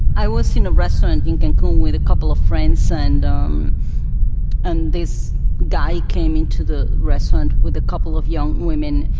i was in a restaurant in cancun with a couple of friends, um and this guy came into the restaurant with a couple of young women,